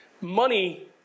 money